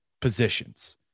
positions